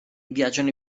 viaggiano